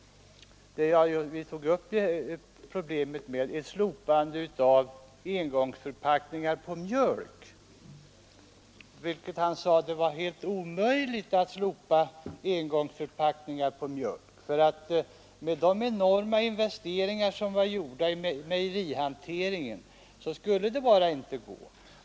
Frågan gällde om man skulle kunna slopa engångsförpackningarna på mjölk. Jag fick till svar, att det var omöjligt att slopa dessa. Med de stora investeringar som gjorts inom mejerihanteringen skulle det bara inte gå.